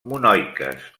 monoiques